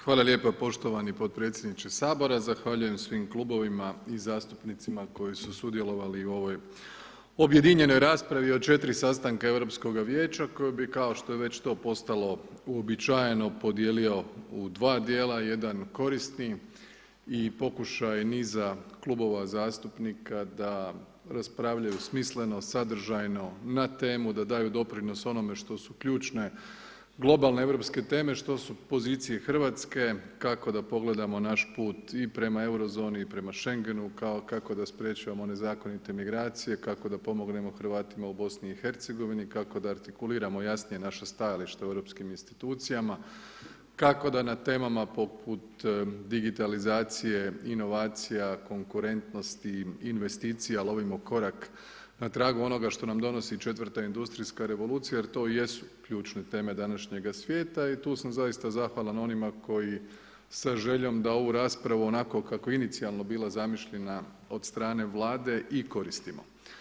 Hvala lijepa poštovani potpredsjedniče Sabora, zahvaljujem svim klubovima i zastupnicima koji su sudjelovali u ovoj objedinjenoj raspravi od 4 sastanka Europskoga vijeća koje bi kao što je već to postalo uobičajeno, podijelio u dva djela, jedan korisni i pokušaj niza klubova zastupnika da raspravljaju smisleno, sadržajno, na temu, da daju doprinos onome što su ključne globalne europske teme, što su pozicije Hrvatske, kako da pogledamo naš put i prema Euro zoni i prema Schengenu, kao kako da sprječavamo nezakonite migracije, kako da pomognemo Hrvatima u BiH-u, kako da artikuliramo jasnije naše stajalište u europskim institucijama, kako da na temama poput digitalizacije, inovacija, konkurentnosti, investicija, lovimo korak na tragu onoga što nam donosi IV. industrijska revolucija jer to jesu ključne teme današnjeg svijeta i tu sam zaista zahvalan onima koji sa željom da ovu raspravu onako kako je inicijalno bila zamišljena od stane Vlade, i koristimo.